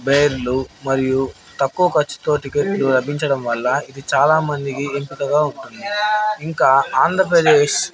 బేర్లు మరియు తక్కువ ఖర్చుతో టికెట్లు లభించడం వల్ల ఇది చాలామందికి ఎంపకగా ఉంటుంది ఇంకా ఆంధ్రప్రదేశ్